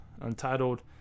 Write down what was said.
Untitled